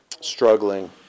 struggling